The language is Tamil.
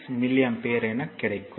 106 மில்லி ஆம்பியர் கிடைக்கும்